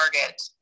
target